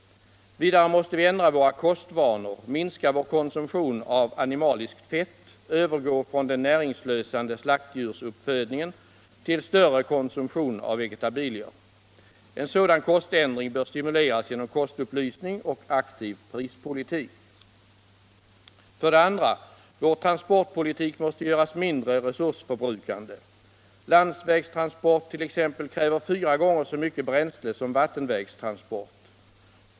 Vidare måste vi ändra våra kostvanor, minska vår konsumtion av animaliskt fett, övergå från den näringsslösande slaktdjursuppfödningen till större konsumtion av vegetabilier. En sådan koständring bör stimuleras genom kostupplysning och aktiv prispolitik. 2. Vår transportpolitik måste göras mindre resursförbrukande. Landsvägstransport 1. ex. kräver fyra gånger så mycket bränsle som vattenvägstransport.